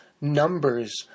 numbers